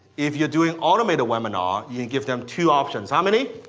if you're doing automated webinar you give them two options. how many?